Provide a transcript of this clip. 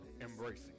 Embracing